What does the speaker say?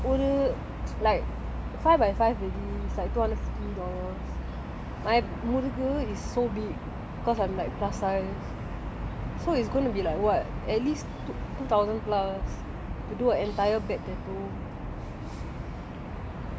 cover பண்ணலனா வேல ஒரு:pannalana vela oru like five by five already is like two hundred fifty dollars like முறுக்கு:murukkku so is going to be like what at least two thousand plus to do an entire back tattoo